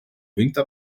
muita